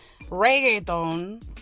Reggaeton